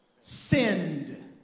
sinned